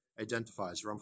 identifies